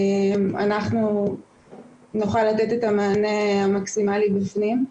אנחנו נוכל לתת את המענה המקסימלי בפנים.